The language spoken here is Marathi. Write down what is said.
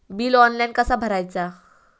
बिल ऑनलाइन कसा भरायचा?